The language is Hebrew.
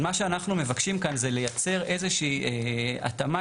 מה שאנחנו מבקשים כאן זה לייצר איזושהי התאמה,